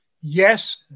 Yes